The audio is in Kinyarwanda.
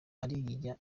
uriya